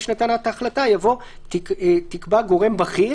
שנתן את ההחלטה" יבוא "תקבע גורם בכיר,